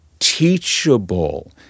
teachable